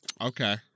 okay